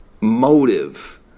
motive